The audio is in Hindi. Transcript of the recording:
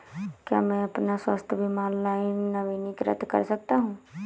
क्या मैं अपना स्वास्थ्य बीमा ऑनलाइन नवीनीकृत कर सकता हूँ?